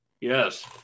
Yes